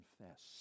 confess